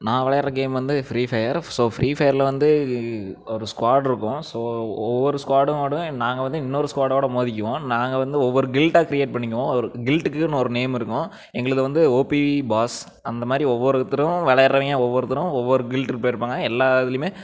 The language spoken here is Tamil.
நான் விளையாடுற கேம் வந்து ஃப்ரீ ஃபயர் ஸோ ஃப்ரீ ஃபயரில் வந்து ஒரு ஸ்குவாட் இருக்கும் ஸோ ஒவ்வொரு ஸ்குவாடுவோடும் நாங்கள் வந்து இன்னொரு ஸ்குவாடோட மோதிக்குவோம் நாங்கள் வந்து ஒவ்வொரு கிள்டாக கிரியேட் பண்ணிக்குவோம் ஒரு கிள்டுக்குனு ஒரு நேம் இருக்கும் எங்களது வந்து ஓபி பாஸ் அந்தமாதிரி ஒவ்வொருத்தரும் விளையாடுறவிங்க ஒவ்வொருத்தரும் ஒவ்வொரு கிள்ட் போய்ருப்பாங்க எல்லா இதுலேயுமே